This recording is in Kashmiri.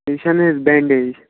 تِم چھِنہٕ حظ بینٛڈیج